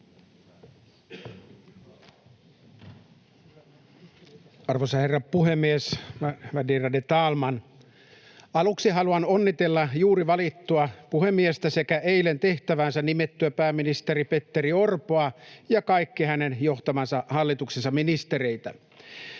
Arvoisa herra puhemies, värderade talman! Aluksi haluan onnitella juuri valittua puhemiestä sekä eilen tehtäväänsä nimettyä pääministeri Petteri Orpoa ja kaikkia hänen johtamansa hallituksen ministereitä.